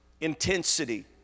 intensity